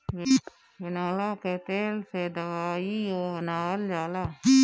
बिनौला के तेल से दवाईओ बनावल जाला